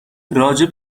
راجع